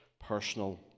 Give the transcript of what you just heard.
Personal